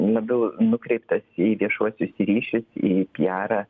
labiau nukreiptas į viešuosius ryšius į piarą